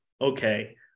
okay